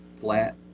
flat